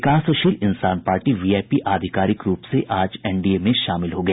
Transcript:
विकासशील Insaan Party VIP आधिकारिक रूप से आज एनडीए में शामिल हो गया